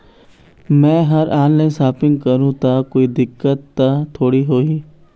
मैं हर online shopping करू ता कोई दिक्कत त थोड़ी होही?